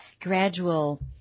gradual